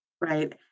Right